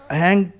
hang